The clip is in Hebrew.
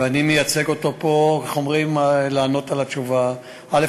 ואני מייצג אותו פה, איך אומרים, לענות תשובה, א.